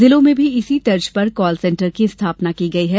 जिलों में भी इसी तर्ज पर कॉल सेंटर की स्थापना की गयी है